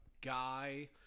guy